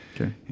Okay